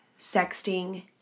sexting